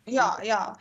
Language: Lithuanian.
jo jo